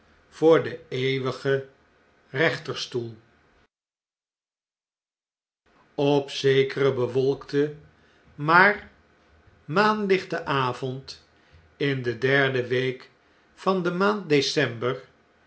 voor den eeuwigen rechterstoel op zekeren bewolkten maar maanlichten avond in de derde week van de maand december